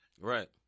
Right